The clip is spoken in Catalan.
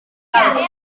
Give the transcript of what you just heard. calç